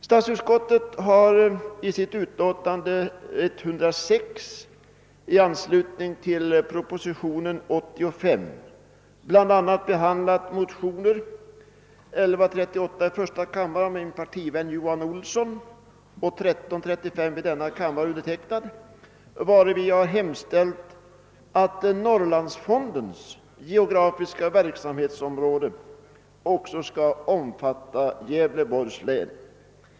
Statsutskottet har i sitt utlåtande nr 106 i anslutning till propositionen 85 bi. a. behandlat motionsparet I: 1138 av min partikamrat Johan Olsson och II: 1335 av bl.a. mig själv, vari vi hemställt att Norrlandsfondens geografiska verksamhetsområde också skall omfatta Gävleborgs län.